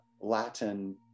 Latin